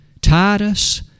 Titus